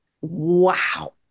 wow